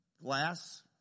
glass